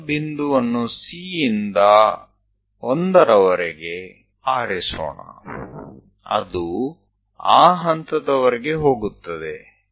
ಮೊದಲ ಬಿಂದುವನ್ನು C ಇಂದ 1ರ ವರೆಗೆ ಆರಿಸೋಣ ಅದು ಆ ಹಂತದವರೆಗೆ ಹೋಗುತ್ತದೆ